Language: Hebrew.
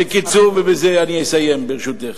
בקיצור, ובזה אני אסיים, ברשותך.